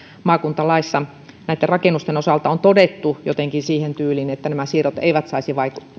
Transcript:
maakuntalaissa näitten rakennusten osalta on todettu jotenkin siihen tyyliin että nämä siirrot eivät saisi